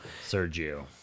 Sergio